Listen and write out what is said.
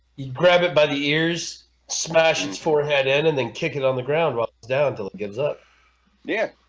you grab it by the ears smash its forehead in and then kick it on the ground rock down until it gives up yeah,